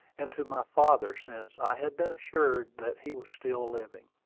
and to my father since i had been assured that he was still living.